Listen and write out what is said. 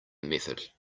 method